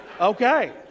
Okay